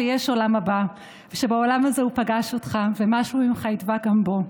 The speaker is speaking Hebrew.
שיש עולם הבא ושבעולם הזה הוא פגש אותך ומשהו ממך ידבק גם בו.